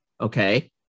okay